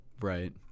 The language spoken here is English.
Right